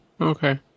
Okay